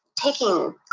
taking